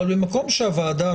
אבל במקום שהוועדה,